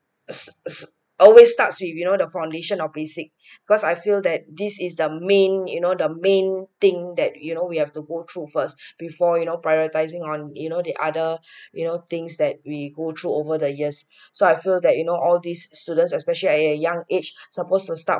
always starts with you know the foundation or basic because I feel that this is the main you know the main thing that you know we have to go through first before you know prioritizing on you know the other you know things that we go through over the years so I feel that you know all these students especially at a young age supposed to start